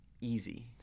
easy